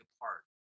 apart